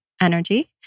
energy